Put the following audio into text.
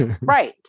Right